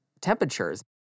temperatures